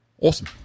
Awesome